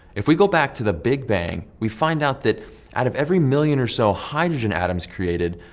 if we go back to the big bang, we find out that out of every million or so hydrogen atoms created,